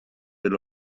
del